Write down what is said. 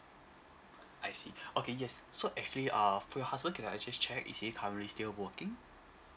I see okay yes so actually err for your husband can I just check is he currently still working